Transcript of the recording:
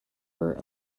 were